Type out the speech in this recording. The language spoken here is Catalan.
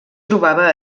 trobava